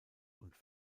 und